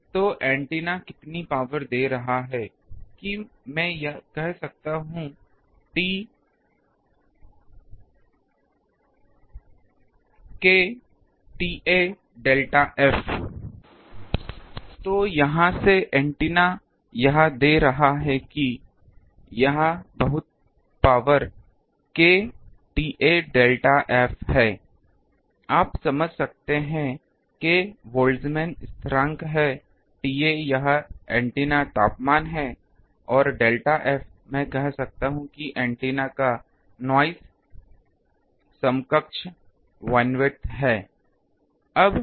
तो एंटीना कितनी पावर दे रहा है कि मैं कह सकता हूं K TA डेल्टा f तो यहाँ से एंटीना यह दे रहा है यह बहुत power K TA delta f है आप समझते हैं K बोल्ट्जमैन स्थिरांक है TA यहां एंटीना तापमान है और डेल्टा f मैं कह सकता हूँ कि एंटीना का नॉइस समकक्ष बैंडविड्थ है